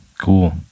Cool